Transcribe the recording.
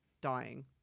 dying